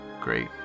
great